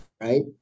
right